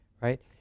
right